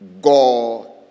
God